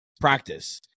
practice